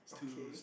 okay